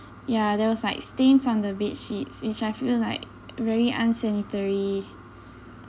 ya there was like stains on the bed sheets which I feel like very unsanitary